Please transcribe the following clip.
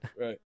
Right